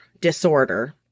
disorder